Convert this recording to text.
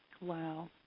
Wow